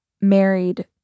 married